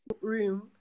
Room